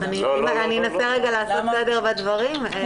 אני אנסה לעשות סדר בדברים.